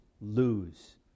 lose